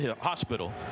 Hospital